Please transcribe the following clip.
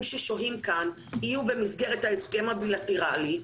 ששוהים כאן יהיו במסגרת ההסכם הבילטרלי,